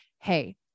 hey